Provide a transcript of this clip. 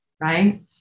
right